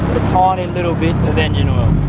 tiny and little bit of engine oil